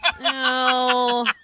No